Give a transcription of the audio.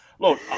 Look